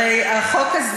הרי החוק הזה